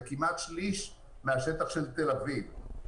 זה כמעט שליש מהשטח של תל-אביב,